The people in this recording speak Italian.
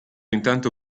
intanto